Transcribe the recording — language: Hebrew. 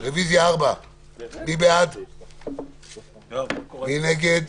מי בעד ומי נגד.